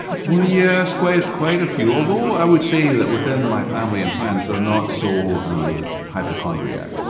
what's goin' on? yes, quite quite a few. although i would say that within my family and friends they're not so hypochondriac. oh!